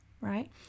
right